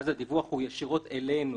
ואז הדיווח הוא ישירות אלינו,